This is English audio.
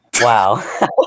Wow